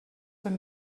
been